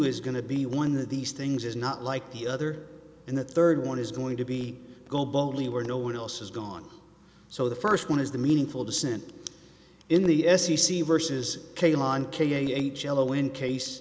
is going to be one of these things is not like the other and the third one is going to be go boldly where no one else has gone so the first one is the meaningful dissent in the s c c versus k line k h l o in case